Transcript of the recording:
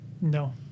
No